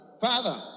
father